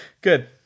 good